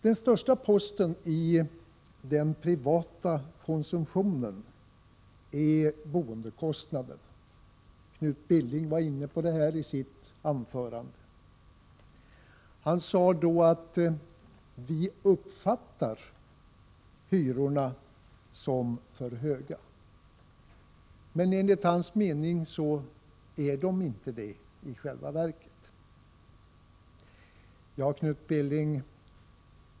Den största posten i den privata konsumtionen är boendekostnaderna. Knut Billing var inne på det i sitt anförande. Han sade att vi uppfattar hyrorna som för höga. Men enligt hans mening är de i själva verket inte det.